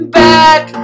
back